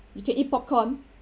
you can eat popcorn